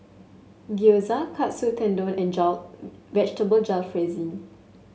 Gyoza Katsu Tendon and Vegetable Jalfrezi